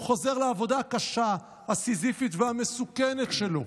הוא חוזר לעבודה הקשה, הסיזיפית והמסוכנת שלו,